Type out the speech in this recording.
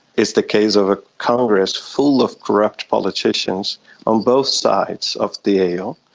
it's the case of a congress full of corrupt politicians on both sides of the aisle,